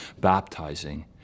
baptizing